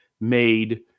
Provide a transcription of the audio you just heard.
made